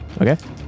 Okay